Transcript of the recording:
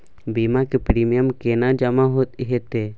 बीमा के प्रीमियम केना जमा हेते?